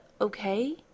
okay